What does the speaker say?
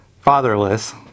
fatherless